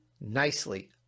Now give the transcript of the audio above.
nicely